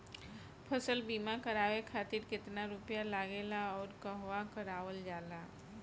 फसल बीमा करावे खातिर केतना रुपया लागेला अउर कहवा करावल जाला?